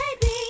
Baby